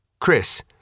Chris